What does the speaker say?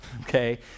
okay